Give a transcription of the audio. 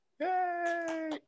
Yay